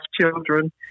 children